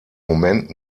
moment